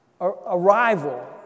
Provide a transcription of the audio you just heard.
arrival